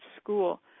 school